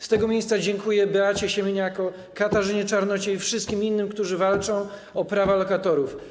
Z tego miejsca dziękuję Beacie Siemieniako, Katarzynie Czarnociej, wszystkim innym, którzy walczą o prawa lokatorów.